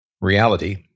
reality